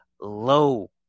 low